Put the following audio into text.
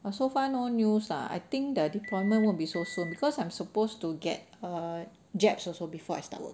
but so far no news lah I think the deployment won't be so soon because I'm supposed to get err jabs also before I start work